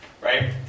right